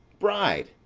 bride!